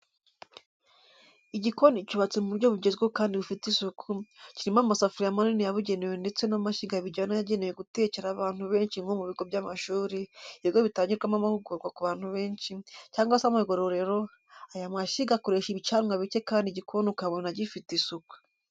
Igikoni cyubatse mu buryo bugezweho kandi bufite isuku, kirimo amasafuriya manini yabugenewe ndetse n'amashyiga bijyana yagenewe gutekera abantu benshi nko mu bigo by'amashuri, ibigo bitangirwamo amahugurwa ku bantu benshi, cyangwa se amagororero, aya mashyiga akoresha ibicanwa bike kandi igikoni ukabona gifite isuku.